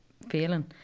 feeling